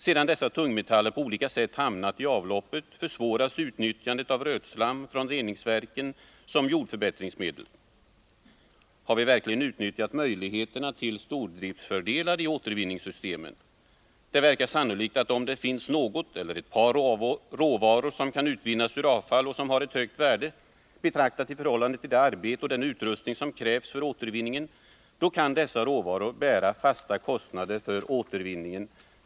Sedan tungmetaller på olika sätt hamnat i avloppet försvåras utnyttjandet av rötslam från reningsverken som jordförbättringsmedel. Har vi verkligen utnyttjat möjligheterna till stordriftsfördelar i återvinningssystemen? Det verkar sannolikt att om det finns någon eller ett par råvaror som kan utvinnas ur avfall och som har ett högt värde, betraktat i förhållande till det arbete och den utrustning som krävs för återvinningen, då kan dessa råvaror bära fasta kostnader för återvinningen.